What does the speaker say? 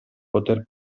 poter